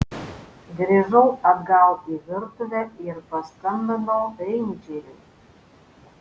grįžau atgal į virtuvę ir paskambinau reindžeriui